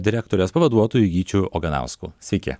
direktorės pavaduotoju gyčiu oganausku sveiki